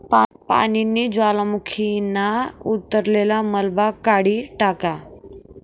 पानीनी ज्वालामुखीना उतरलेल मलबा काढी टाका